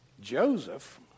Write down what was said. Joseph